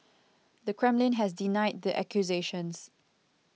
the Kremlin has denied the accusations